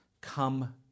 Come